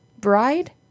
Bride